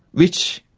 which,